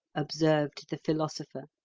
observed the philosopher.